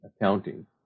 accounting